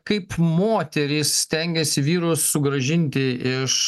kaip moterys stengiasi vyrus sugrąžinti iš